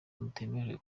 batemerewe